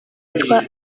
witwa